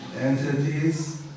entities